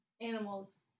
animals